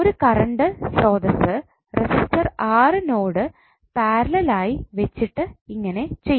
ഒരു കറണ്ട് സ്രോതസ്സ് resistor R node പാരലൽആയി വെച്ചിട്ട് ഇങ്ങനെ ചെയ്യാം